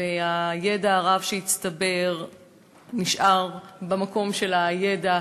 והידע הרב שהצטבר נשאר במקום של הידע.